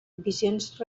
visions